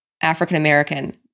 African-American